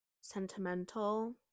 sentimental